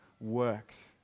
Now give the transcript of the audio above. works